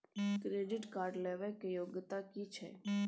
Credit card लेबै के योग्यता कि छै?